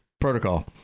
protocol